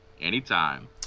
anytime